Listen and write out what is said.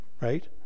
Right